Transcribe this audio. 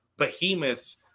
behemoths